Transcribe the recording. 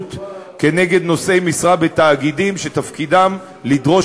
אחריות על נושאי משרה בתאגידים שתפקידם לדרוש